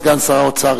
סגן שר האוצר,